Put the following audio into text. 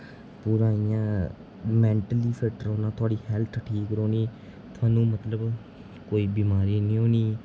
पूरा इ'यां mentally fit रौह्ना थुआढ़ी हैल्थ फिट रौह्नी थहानू मतलब कोई बमारी नेई होंदी